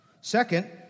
Second